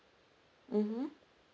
mmhmm